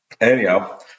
Anyhow